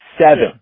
Seven